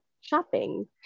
shopping